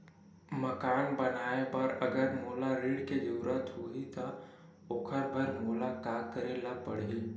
मकान बनाये बर अगर मोला ऋण के जरूरत होही त ओखर बर मोला का करे ल पड़हि?